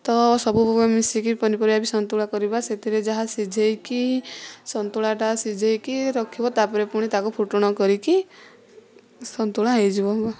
ତ ସବୁ ମିଶିକି ପନିପରିବା ବି ସନ୍ତୁଳା କରିବା ସେଥିରେ ଯାହା ସିଝେଇକି ସନ୍ତୁଳାଟା ସିଝେଇକି ରଖିବ ତାପରେ ପୁଣି ତାକୁ ଫୁଟଣ କରିକି ସନ୍ତୁଳା ହେଇଯିବ